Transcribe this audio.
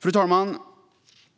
Fru talman!